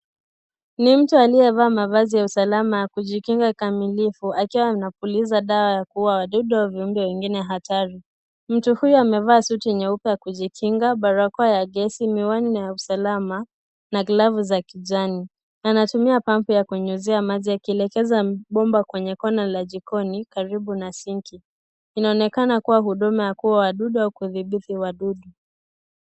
Ni mtu aliyevaa mavazi ya usalama kujikinga kamilifu akiwa anapulizia dawa ya kuuwa wadudu na viumbe wengine hatari mtu huyu amevaa suti nyeupe ya kujikinga barakoa ya gezi miwani ya usalama na glavu za kijani anatumia pampu ya kunyunyizia maji akielekeza bomba kwenye kona la jikoni karibu na sinki inaonekana kuwa huduma ya kuuwa wadudu au kuthibiti wadudu.